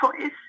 choice